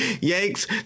Yanks